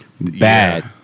Bad